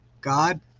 God